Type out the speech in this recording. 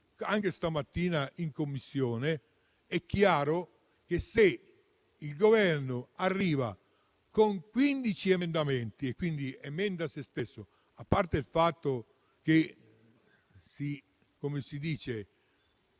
anche stamattina in Commissione. È chiaro che, se il Governo arriva con 15 emendamenti, e quindi emenda sé stesso - a parte il fatto che aveva